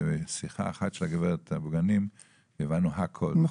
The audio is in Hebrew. בשיחה אחת של הגברת אבגנים הבנו הכל.